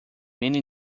many